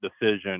decision